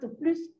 plus